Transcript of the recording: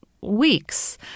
weeks